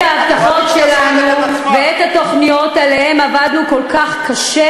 ההבטחות שלנו ואת התוכניות שעליהן עבדנו כל כך קשה,